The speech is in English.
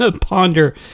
ponder